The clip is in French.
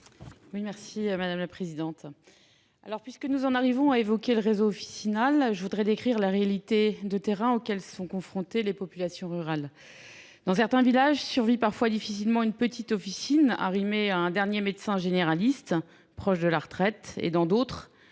Pluchet, sur l’article. Puisque nous en arrivons à évoquer le réseau officinal, je veux décrire les réalités de terrain auxquelles sont confrontées les populations rurales. Dans certains villages survit parfois difficilement une petite officine arrimée à un dernier médecin généraliste proche de la retraite. Dans d’autres,